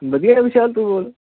ਵਧੀਆ ਵਿਸ਼ਾਲ ਤੂੰ ਬੋਲ